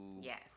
yes